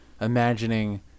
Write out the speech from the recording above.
imagining